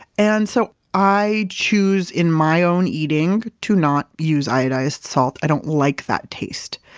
and so i choose, in my own eating, to not use iodized salt. i don't like that taste.